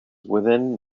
within